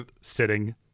sitting